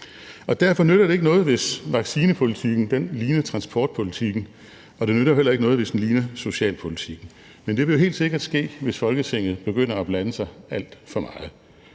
Derfor nytter det ikke noget, hvis vaccinepolitikken ligner transportpolitikken, og det nytter heller ikke noget, hvis den ligner socialpolitikken, men det vil helt sikkert ske, hvis Folketinget begynder at blande sig alt for meget.